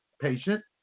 patient